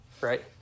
right